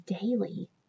daily